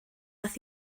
aeth